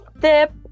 tip